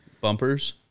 bumpers